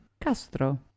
Castro